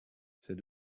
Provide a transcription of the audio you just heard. c’est